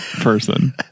person